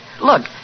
Look